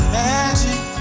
magic